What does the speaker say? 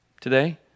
today